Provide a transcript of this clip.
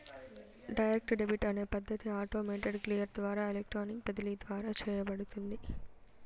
direct debit అనే పద్ధతి automated clear ద్వారా ఎలక్ట్రానిక్ బదిలీ ద్వారా చేయబడుతుంది